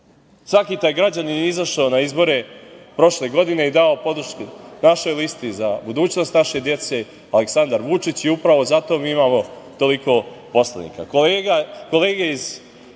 Svaki taj građanin je izašao na izbore prošle godine i dao podršku našoj listi „Za budućnost naše dece – Aleksandar Vučić“ i upravo zato mi imamo toliko poslanika.